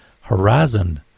Horizon